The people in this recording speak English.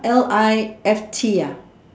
L I F T ah